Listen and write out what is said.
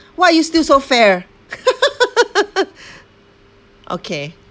why are you still so fair okay